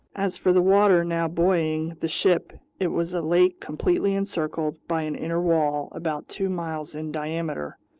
as for the water now buoying the ship, it was a lake completely encircled by an inner wall about two miles in diameter,